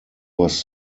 was